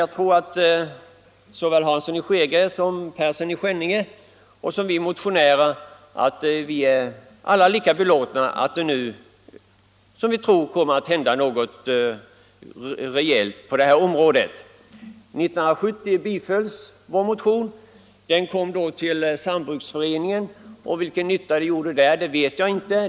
Jag tror dock att såväl herr Hansson i Skegrie som herr Persson i Skänninge och vi motionärer alla är lika belåtna med att det nu — som vi tror — kommer att hända något rejält på detta område. 1971 bifölls vår motion. Den kom då till sambruksutredningen och vilken nytta den gjorde där det vet jag inte.